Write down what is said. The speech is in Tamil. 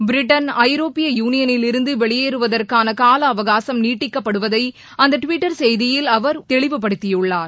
பிரிட்டன் ஐரோப்பிய யூனியனில் இருந்து வெளியேறுவதற்கான கால அவகாசம் நீட்டிக்கப்படுவதை அந்த டுவிட்டர் செய்தியில் அவர் தெளிவுப்படுத்தியுள்ளார்